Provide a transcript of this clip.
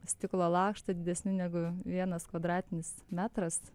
stiklo lakštų didesnių negu vienas kvadratinis metras